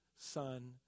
Son